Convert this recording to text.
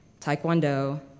taekwondo